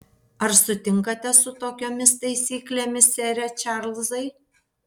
ar sutinkate su tokiomis taisyklėmis sere čarlzai